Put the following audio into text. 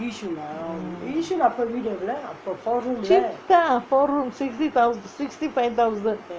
mm cheap தான்:thaan four room sixty thousand sixty five thousand